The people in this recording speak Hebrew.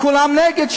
כולם שם נגד.